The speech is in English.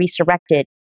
resurrected